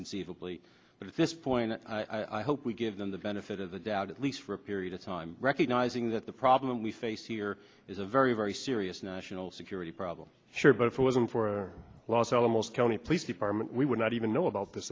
conceivably but at this point i hope we give them the benefit of the doubt at least for a period of time recognizing that the problem we face here is a very very serious national security problem sure but if it wasn't for los alamos county police department we would not even know about th